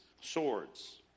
swords